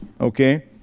okay